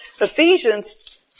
Ephesians